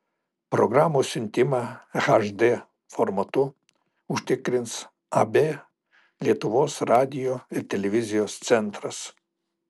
programos siuntimą hd formatu užtikrins ab lietuvos radijo ir televizijos centras